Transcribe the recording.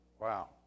wow